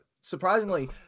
surprisingly